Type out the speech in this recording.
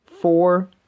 four